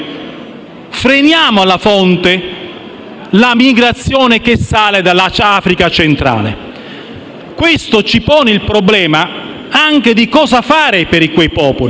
freniamo alla fonte la migrazione che parte dall'Africa centrale. Questo ci pone il problema anche di cosa fare per quei popoli